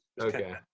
Okay